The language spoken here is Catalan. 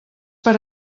per